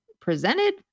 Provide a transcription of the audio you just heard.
presented